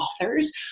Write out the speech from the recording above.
authors